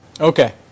Okay